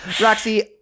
Roxy